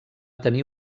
tenir